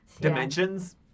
Dimensions